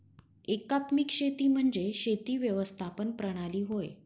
एकात्मिक शेती म्हणजे शेती व्यवस्थापन प्रणाली होय